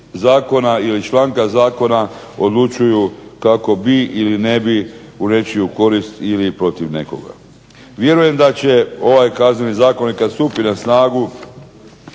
zakona ili članka zakona odlučuju kako bi ili ne bi u nečiju korist ili protiv nekoga. Vjerujem da će ovaj Kazneni zakon i kad stupi na snagu